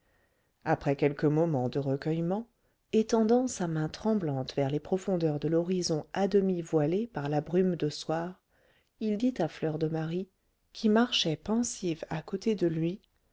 après quelques moment de recueillement étendant sa main tremblante vers les profondeurs de l'horizon à demi voilé par la brume de soir il dit à fleur de marie qui marchait pensive à côté de lui